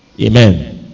Amen